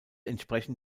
entsprechen